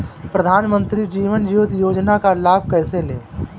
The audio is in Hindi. प्रधानमंत्री जीवन ज्योति योजना का लाभ कैसे लें?